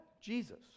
Jesus